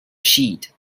sheet